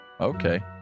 Okay